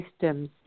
systems